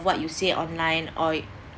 what you say online or